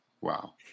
Wow